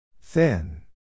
Thin